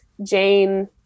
Jane